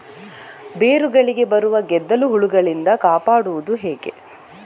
ಬೇರುಗಳಿಗೆ ಬರುವ ಗೆದ್ದಲು ಹುಳಗಳಿಂದ ಕಾಪಾಡುವುದು ಹೇಗೆ?